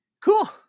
cool